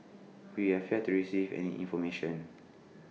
we have yet to receive any information